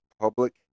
public